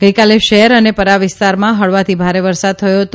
ગઇકાલે શહેર અને પરા વિસ્તારોમાં હળવાથી ભારે વરસાદ થયો હતો